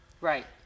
Right